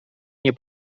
nie